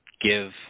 give